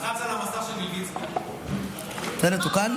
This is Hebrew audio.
בסדר, תוקן?